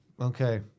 Okay